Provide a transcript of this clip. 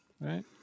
Right